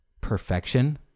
Perfection